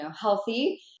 healthy